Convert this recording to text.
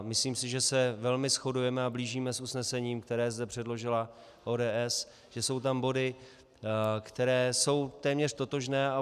Myslím si, že se velmi shodujeme a blížíme s usnesením, které zde předložila ODS, že jsou tam body, které jsou téměř totožné.